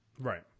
Right